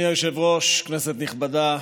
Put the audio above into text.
אדוני היושב-ראש, כנסת נכבדה,